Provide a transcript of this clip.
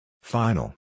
Final